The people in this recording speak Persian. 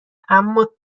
اما